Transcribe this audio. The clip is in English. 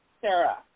Sarah